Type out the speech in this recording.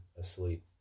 asleep